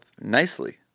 nicely